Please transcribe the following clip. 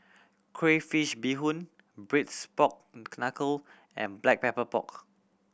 crayfish beehoon Braised Pork Knuckle and Black Pepper Pork